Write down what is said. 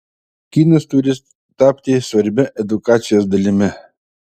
kinas turi tapti svarbia edukacijos dalimi